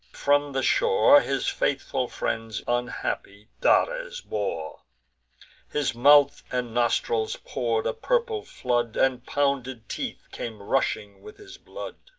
from the shore his faithful friends unhappy dares bore his mouth and nostrils pour'd a purple flood, and pounded teeth came rushing with his blood.